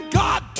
god